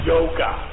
Yoga